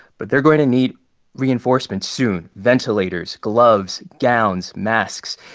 but they're going to need reinforcements soon ventilators, gloves, gowns, masks.